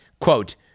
quote